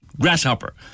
grasshopper